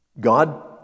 God